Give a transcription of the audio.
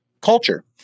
culture